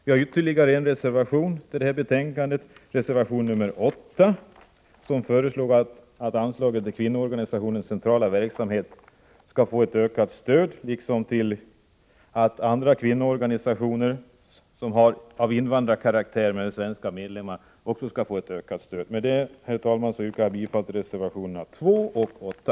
Vi har ytterligare en reservation till detta betänkande, reservation 8, där det föreslås att kvinnoorganisationernas centrala verksamhet skall få ökat stöd, och att också andra kvinnoorganisationer, som är av invandrarkaraktär men som har svenska medlemmar, skall få ökat stöd. Med detta, herr talman, yrkar jag bifall till reservationerna 2 och 8.